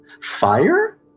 Fire